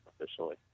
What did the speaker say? officially